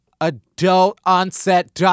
adult-onset